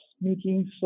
meetings